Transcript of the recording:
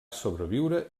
sobreviure